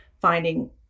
finding